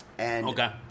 Okay